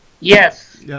Yes